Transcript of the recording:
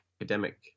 academic